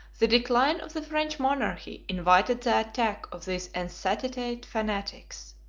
the decline of the french monarchy invited the attack of these insatiate fanatics.